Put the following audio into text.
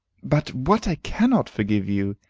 but what i cannot forgive you,